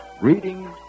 reading